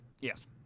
Yes